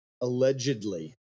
allegedly